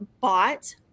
bought